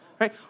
Right